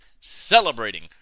celebrating